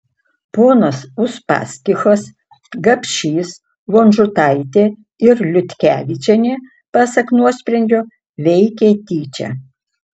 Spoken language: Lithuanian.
ponas uspaskichas gapšys vonžutaitė ir liutkevičienė pasak nuosprendžio veikė tyčia